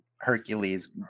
Hercules